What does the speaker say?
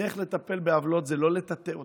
הדרך לטפל בעוולות זה לא לטאטא אותן,